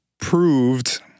proved